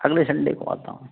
अगले संडे को आता हूँ